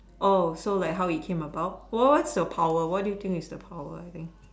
oh so like how it came about what's what's your power what do you think is your power I think